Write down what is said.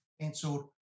cancelled